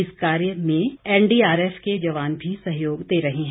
इस कार्य में एनडीआरएफ के जवान भी सहयोग दे रहे हैं